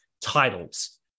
titles